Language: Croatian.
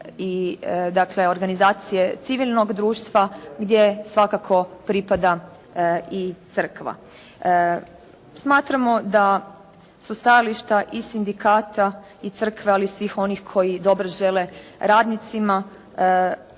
i organizacije civilnog društva gdje svakako pripada i crkva. Smatramo da su stajališta i sindikata i crkve, ali i svih onih koji dobro žele radnicima,